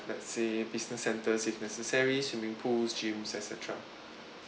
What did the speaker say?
let's say business centres if necessary swimming pools gyms et cetera